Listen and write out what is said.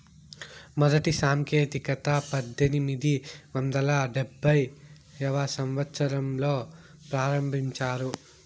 మొదటి సాంకేతికత పద్దెనిమిది వందల డెబ్భైవ సంవచ్చరంలో ప్రారంభించారు